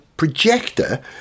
Projector